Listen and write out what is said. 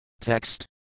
Text